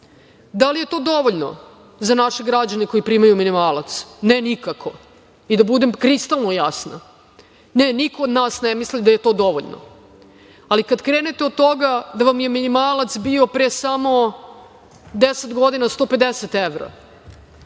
li je to dovoljno za naše građane koji primaju minimalac? Ne, nikako. I, da budem kristalno jasno, niko od nas ne misli da je to dovoljno, ali kada krenete od toga da vam je minimalac bio pre samo 10 godina 150 evra,